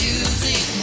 Music